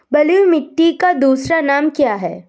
बलुई मिट्टी का दूसरा नाम क्या है?